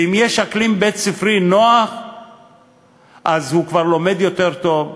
ואם יש אקלים בית-ספרי נוח הוא כבר לומד יותר טוב,